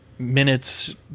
minutes